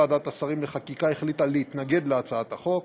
ועדת השרים לחקיקה החליטה להתנגד להצעת החוק.